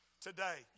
Today